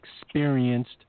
experienced